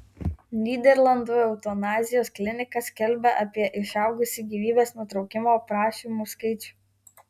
nyderlandų eutanazijos klinika skelbia apie išaugusį gyvybės nutraukimo prašymų skaičių